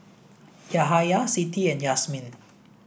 Yahaya Siti and Yasmin